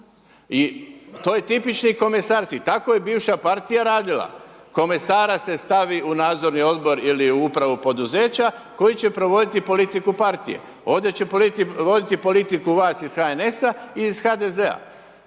I to je tipični komesarski, tako je bivša partija radila, komesara se stavi u Nadzorni odbor ili u Upravu poduzeća koji će provoditi politiku partije. Ovdje će voditi politiku iz HNS-a i iz HDZ-a